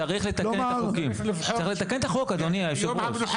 צריך לתקן את החוק אדוני היו"ר.